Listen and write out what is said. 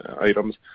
items